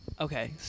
Okay